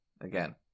Again